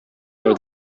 are